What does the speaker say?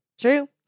True